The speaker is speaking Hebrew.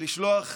ולשלוח